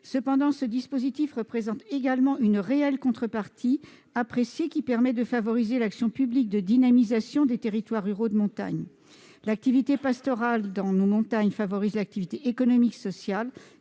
Cependant, ce dispositif représente une contrepartie réelle et appréciée, qui permet de faciliter l'action publique de dynamisation des territoires ruraux de montagne. L'activité pastorale dans nos montagnes favorise l'activité économique et sociale,